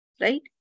Right